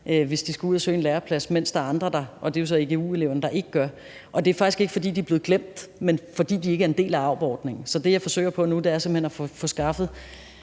hvis de skal ud at søge en læreplads, mens der er andre – og det er så egu-eleverne – det er ikke får det. Det er faktisk ikke, fordi de er blevet glemt, men fordi de ikke er en del af aub-ordningen. Så det, jeg forsøger på nu, er simpelt hen at få skaffet